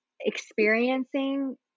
experiencing